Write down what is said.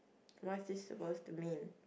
what is this supposed to mean